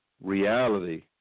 reality